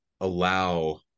allow